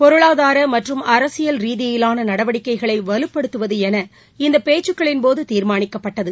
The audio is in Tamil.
பொருளாதார மற்றும் அரசியல் ரீதியிலான நடவடிக்கைகளை வலுப்படுத்துவது என இந்த பேச்சுக்களின் போது தீர்மானிக்கப்பட்டது